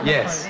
Yes